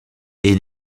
est